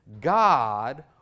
God